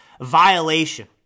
violation